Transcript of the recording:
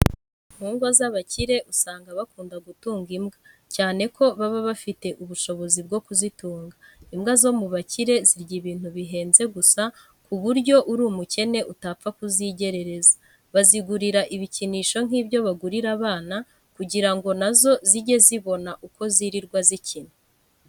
Mu ngo z'abakire usanga bakunda gutunga imbwa, cyane ko baba bafite n'ubushobozi bwo kuzitunga. Imbwa zo mu bakire zirya ibintu bihenze gusa ku buryo uri umukene utapfa kuzigerereza. Bazigurira ibikinisho nk'ibyo bagurira abana kugira ngo na zo zijye zibona uko zirirwa zikina.